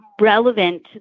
relevant